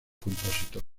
compositor